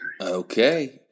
Okay